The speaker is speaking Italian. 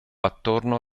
attorno